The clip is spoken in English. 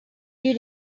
you